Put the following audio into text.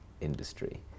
industry